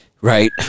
Right